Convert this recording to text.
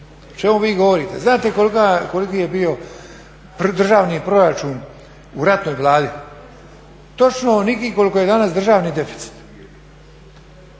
čemu vi govorite? Znate koliki je bio državni proračun u ratnoj Vladi? Točno onoliki koliki je danas državni deficit.